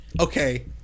Okay